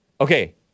Okay